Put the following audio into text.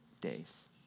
days